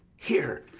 here,